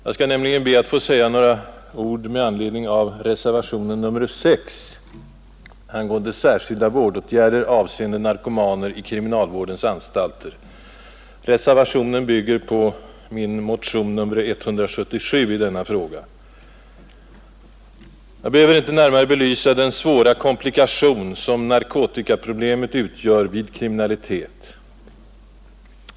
Jag skall nämligen säga några ord med anledning av reservationen 6 angående särskilda vårdåtgärder avseende narkomaner i kriminalvårdens anstalter. Reservationen bygger på min motion 177 i denna fråga. Jag behöver inte närmare belysa den svåra komplikation som narkotikaproblemet utgör vid kriminalitet.